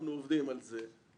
אנחנו עובדים על זה,